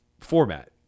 format